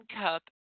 cup